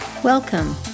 Welcome